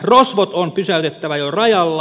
rosvot on pysäytettävä jo rajalla